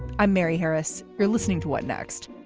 i'm mary harris. you're listening to what next.